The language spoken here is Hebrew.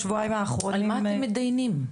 בשבועיים האחרונים --- על מה אתם מתדיינים?